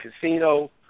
casino